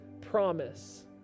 promise